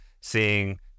seeing